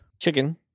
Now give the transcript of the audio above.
chicken